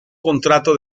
contrato